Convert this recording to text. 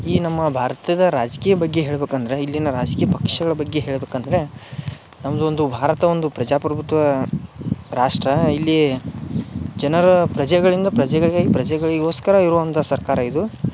ಈ ನಮ್ಮ ಭಾರತದ ರಾಜಕೀಯ ಬಗ್ಗೆ ಹೇಳ್ಬೇಕಂದರೆ ಇಲ್ಲಿನ ರಾಜಕೀಯ ಪಕ್ಷಗಳ ಬಗ್ಗೆ ಹೇಳ್ಬೇಕಂದರೆ ನಮ್ಮದೊಂದು ಭಾರತ ಒಂದು ಪ್ರಜಾಪ್ರಭುತ್ವ ರಾಷ್ಟ್ರ ಇಲ್ಲಿ ಜನರು ಪ್ರಜೆಗಳಿಂದ ಪ್ರಜೆಗಳಿಗಾಗಿ ಪ್ರಜೆಗಳಿಗೋಸ್ಕರ ಇರುವಂಥಾ ಸರ್ಕಾರ ಇದು